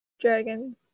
Dragons